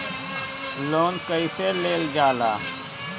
Loan कईसे लेल जाला?